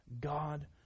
God